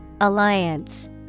Alliance